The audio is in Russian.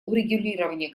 урегулирования